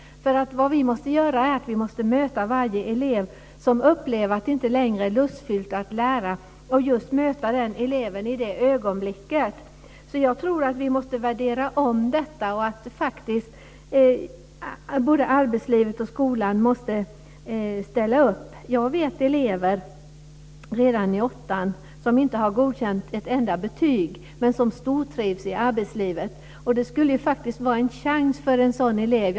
Vad vi måste göra är att möta varje elev som upplever att det inte längre är lustfyllt att lära, och vi måste göra det i just det ögonblicket. Jag tror att vi måste värdera om detta och att både arbetslivet och skolan måste ställa upp. Jag vet elever i åttan som inte har ett enda godkänt betyg men som stortrivs i arbetslivet. Detta skulle faktiskt vara en chans för en sådan elev.